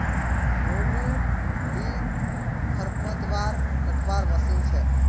मोलूर ली खरपतवार कटवार मशीन छेक